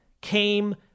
came